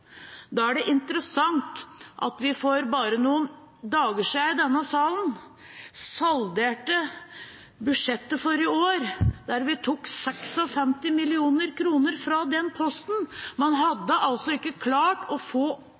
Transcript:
Da er det interessant at vi for bare noen dager siden i denne salen salderte budsjettet for i år der vi tok 56 mill. kr fra den posten. Man hadde altså ikke klart å få